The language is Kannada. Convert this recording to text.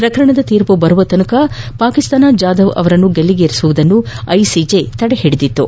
ಪ್ರಕರಣದ ತೀರ್ಪು ಬರುವವೆರೆಗೂ ಪಾಕಿಸ್ತಾನ ಜಾಧವ್ ಅವರನ್ನು ಗಳ್ಲಿಗೇರಿಸುವುದನ್ನು ಐಸಿಜೆ ತಡೆಹಿಡಿಯಿತು